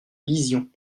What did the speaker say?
lisions